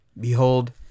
behold